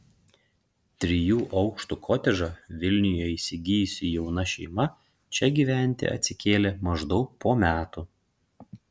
trijų aukštų kotedžą vilniuje įsigijusi jauna šeima čia gyventi atsikėlė maždaug po metų